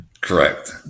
Correct